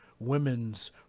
Women's